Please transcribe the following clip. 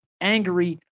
angry